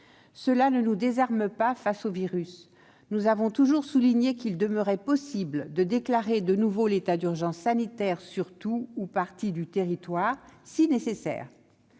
Cela ne nous désarme pas face au virus : nous avons toujours souligné qu'il demeurait possible de déclarer de nouveau l'état d'urgence sanitaire sur tout ou partie du territoire, si nécessaire.